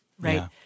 right